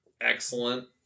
excellent